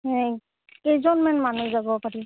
কেইজনমান মানুহ যাব পাৰি